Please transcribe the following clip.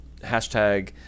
hashtag